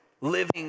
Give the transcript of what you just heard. living